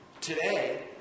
today